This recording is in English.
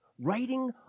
Writing